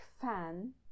fan